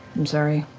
i'm sorry.